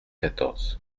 quatorze